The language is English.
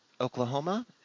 Oklahoma